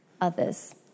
others